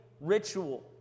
ritual